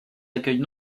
accueille